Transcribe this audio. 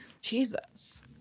jesus